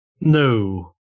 no